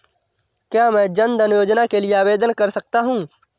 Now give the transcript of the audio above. क्या मैं जन धन योजना के लिए आवेदन कर सकता हूँ?